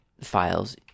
files